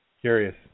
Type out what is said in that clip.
curious